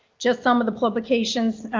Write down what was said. just some of the publications,